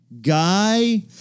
guy